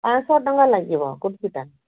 ପାଞ୍ଚଶହ ଟଙ୍କା ଲାଗିବ କୁର୍ତ୍ତୀଟା